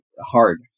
hard